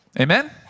Amen